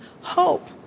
hope